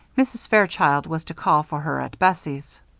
mrs. fairchild was to call for her at bessie's.